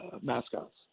mascots